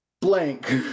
blank